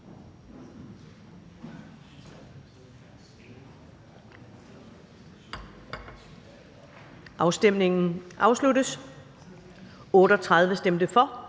Afstemningen afsluttes. For stemte 38